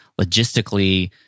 logistically